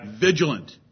vigilant